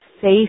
faith